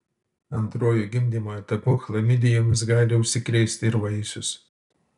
antruoju gimdymo etapu chlamidijomis gali užsikrėsti ir vaisius